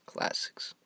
Classics